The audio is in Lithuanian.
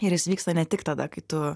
ir jis vyksta ne tik tada kai tu